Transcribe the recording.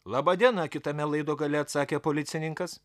laba diena kitame laido gale atsakė policininkas